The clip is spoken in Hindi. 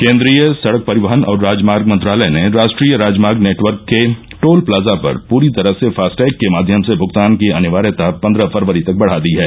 केन्द्रीय सड़क परिवहन और राजमार्ग मंत्रालय ने राष्ट्रीय राजमार्ग नेटवर्क के टोल प्लाजा पर पूरी तरह से फास्टैग के माध्यम से भूगतान की अनिवार्यता पन्द्रह फरवरी तक बढ़ा दी है